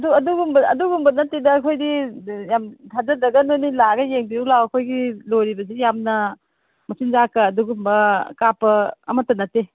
ꯑꯗꯨꯒꯨꯝꯕ ꯅꯠꯇꯦꯗ ꯑꯩꯈꯣꯏꯗꯤ ꯌꯥꯝ ꯊꯥꯖꯗ꯭ꯔꯥꯒ ꯅꯣꯏꯅ ꯂꯥꯛꯑꯒ ꯌꯦꯡꯕꯤꯔꯨ ꯂꯥꯎ ꯑꯩꯈꯣꯏꯒꯤ ꯂꯣꯏꯔꯤꯕꯁꯤ ꯌꯥꯝꯅ ꯃꯆꯤꯟꯖꯥꯛꯀ ꯑꯗꯨꯒꯨꯝꯕ ꯀꯥꯞꯄ ꯑꯃꯠꯇ ꯅꯠꯇꯦ